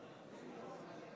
נגד.